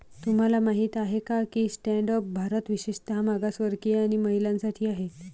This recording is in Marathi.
तुम्हाला माहित आहे का की स्टँड अप भारत विशेषतः मागासवर्गीय आणि महिलांसाठी आहे